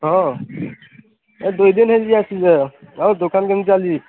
ହଁ ହେ ଦୁଇ ଦିନ ହେଇଯିବି ଆସି ଯିବାର ଆଉ ଦୋକାନ୍ କେମିତି ଚାଲିଛି